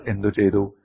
നിങ്ങൾ എന്തു ചെയ്തു